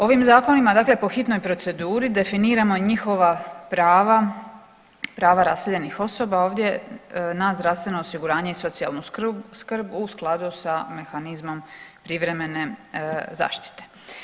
Ovim zakonima dakle po hitnoj proceduri definiramo njihova prava, prava raseljenih osoba ovdje na zdravstveno osiguranja i socijalnu skrb u skladu sa mehanizmom privremene zaštite.